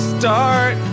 start